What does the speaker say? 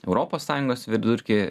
europos sąjungos vidurkį